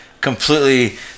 completely